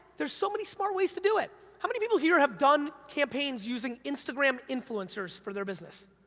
there's so many smart ways to do it. how many people here have done campaigns using instagram influencers for their business?